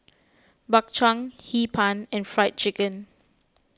Bak Chang Hee Pan and Fried Chicken